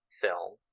film